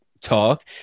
talk